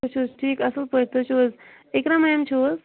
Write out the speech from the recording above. تُہۍ چھِو حظ ٹھیٖک اصل پٲٹھۍ تُہۍ چھِو حظ اقرا میم چھِو حظ